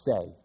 Say